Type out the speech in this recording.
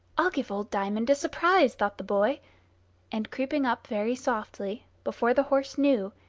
i'll give old diamond a surprise, thought the boy and creeping up very softly, before the horse knew,